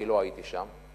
כי לא הייתי שם,